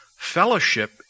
Fellowship